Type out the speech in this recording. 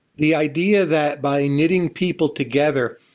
the idea that by knitting people together,